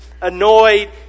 annoyed